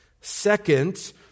Second